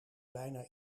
bijna